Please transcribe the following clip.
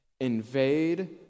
invade